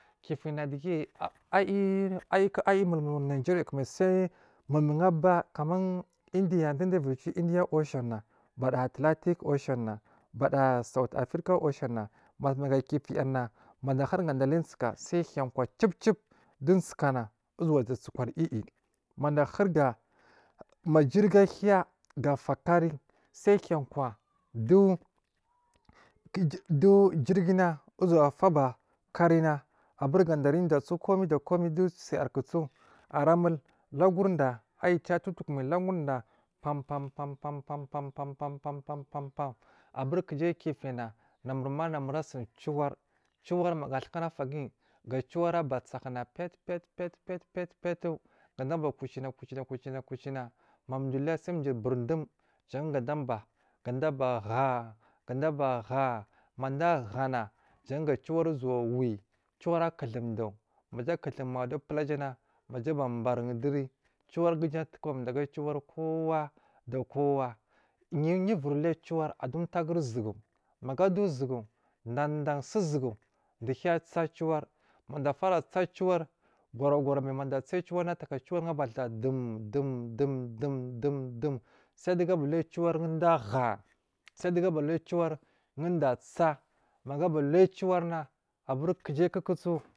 Kifina dege ayi mul muri najariya kumai sai dugu mulmu aba kaman indian du duwo uviriciwo indian occianna bada atilatic occianna bada saund african occian na matumagaki figar na madu ahuri ga daliya usuka sai hiya kwa cib cib du usukana uzowa zeye sukwar iyi iyi maduahuriga ma jirigi ahiga gafa kari sai hiya kwa du ku du jirgina uzowa faba karina aburi gada ara dasowo dusuya kuso ara mul lagur da ayi cha towotukomai laguricta pam pam pam pam aburi kujai kifina namur ma namur asini ciwar ciwar manage atukana faguyi ga ciwar abasakuna piyal piyat piyal gada aba kucina kucina kuci na madu aluyaso durburdum jan gada aba aba haa mada ahana jan gaciwar uzuwa wi ciwar akudu duwu ku ja agudu du pulajana maja aba barin duri ciwar gu uju a lukuballu aga ciwar kowa da kowa yiwo yiwo uvir liya ciwar adu d taguri uzugu maga aladu uzugu dan dan susugu du hiya tsa ciwar mada afara tsa ciwar gora gora gora mai mada a tsa ciwar na taka ciwarnan abada dum dum dum dum sai duga abaliya ciwar du du aha sai dugu abaliya ciwar du, du a tsa magu abaliya ciwar na aburi ku jai kukuku.